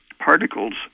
particles